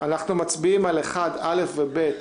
אנחנו מצביעים על 1א' ו-ב',